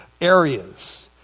areas